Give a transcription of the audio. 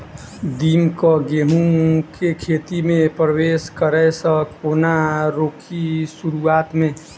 दीमक केँ गेंहूँ केँ खेती मे परवेश करै सँ केना रोकि शुरुआत में?